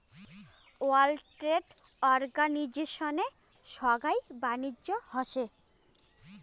world trade অর্গানিজশনে সোগাই বাণিজ্য হসে